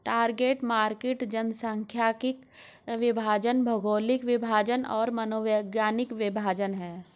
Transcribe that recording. target market जनसांख्यिकीय विभाजन, भौगोलिक विभाजन और मनोवैज्ञानिक विभाजन हैं